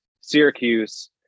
Syracuse